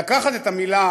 לקחת את המילה